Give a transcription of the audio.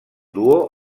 duo